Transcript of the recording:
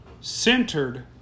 centered